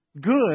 good